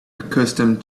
accustomed